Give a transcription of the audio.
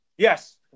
Yes